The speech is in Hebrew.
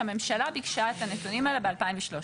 שהממשלה ביקשה את הנתונים האלה ב-2013.